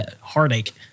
heartache